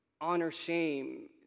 honor-shame